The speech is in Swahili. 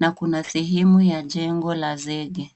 na kuna sehemu ya jengo la zege.